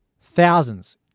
thousands